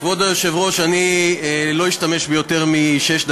כבוד היושב-ראש, אני לא אשתמש ביותר משש דקות,